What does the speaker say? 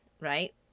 Right